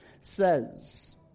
says